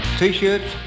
t-shirts